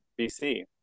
BC